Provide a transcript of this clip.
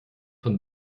von